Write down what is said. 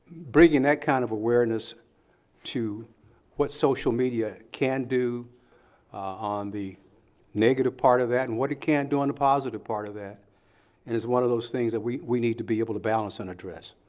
bringing that kind of awareness to what social media can do on the negative part of that and what it can do on the positive part of that and is one of those things that we we need to be able to balance and address.